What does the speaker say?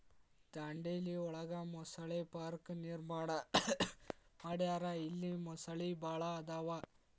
ದಾಂಡೇಲಿ ಒಳಗ ಮೊಸಳೆ ಪಾರ್ಕ ನಿರ್ಮಾಣ ಮಾಡ್ಯಾರ ಇಲ್ಲಿ ಮೊಸಳಿ ಭಾಳ ಅದಾವ